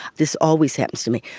this always happens to me'.